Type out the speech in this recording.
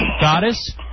Goddess